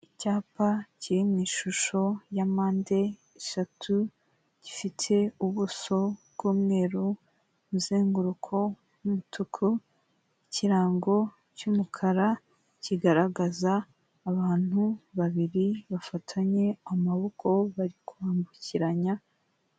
Icyapa kiri mu ishusho ya mpande eshatu, gifite ubuso bw'umweru, umuzenguruko w'umutuku, ikirango cy'umukara, kigaragaza abantu babiri bafatanye amaboko bari kwambukiranya.